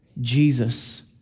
Jesus